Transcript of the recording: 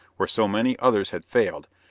where so many others had failed,